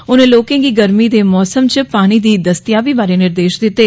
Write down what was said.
उनें लोकें गी गर्मी दे मौसम च पानी दी दसत्याबी बारै निर्देश दिते